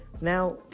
Now